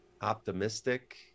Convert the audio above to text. optimistic